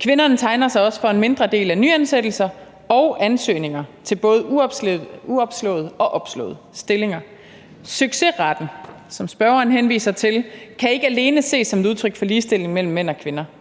Kvinderne tegner sig også for en mindre del af nyansættelser og ansøgninger til både uopslåede og opslåede stillinger. Succesraten, som spørgeren henviser til, kan ikke alene ses som et udtryk for ligestillingen mellem mænd og kvinder.